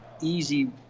easy